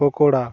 pakora